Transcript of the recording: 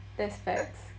that's fact